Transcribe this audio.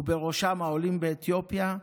ובראשם העולים מאתיופיה,